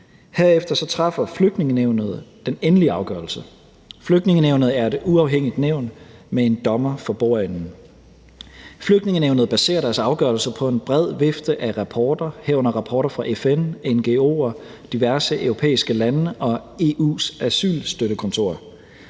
herefter træffer Flygtningenævnet den endelige afgørelse. Flygtningenævnet er et uafhængigt nævn med en dommer for bordenden. Flygtningenævnet baserer deres afgørelser på en bred vifte af rapporter, herunder rapporter fra FN, ngo'er, diverse europæiske lande og EU's asylstøttekontor,